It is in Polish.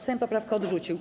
Sejm poprawkę odrzucił.